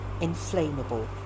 Inflammable